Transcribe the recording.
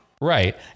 right